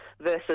versus